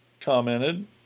commented